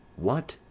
what,